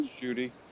Judy